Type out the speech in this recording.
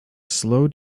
slow